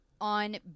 on